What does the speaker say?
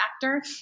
factor